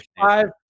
five